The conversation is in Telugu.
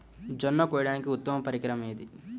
జొన్న కోయడానికి ఉత్తమ పరికరం ఏది?